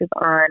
on